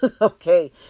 Okay